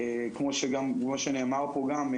כמו שנאמר פה גם,